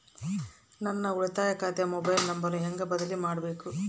ನನ್ನ ಉಳಿತಾಯ ಖಾತೆ ಮೊಬೈಲ್ ನಂಬರನ್ನು ಹೆಂಗ ಬದಲಿ ಮಾಡಬೇಕು?